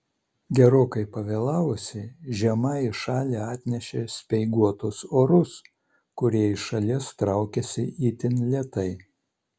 gerokai pavėlavusi žiema į šalį atnešė speiguotus orus kurie iš šalies traukiasi itin lėtai